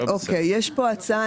יש פה הצעה.